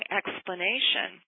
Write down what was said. explanation